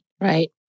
Right